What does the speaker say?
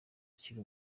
akiri